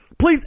Please